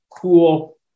cool